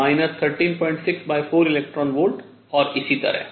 तो 136 eV 1364 eV और इसी तरह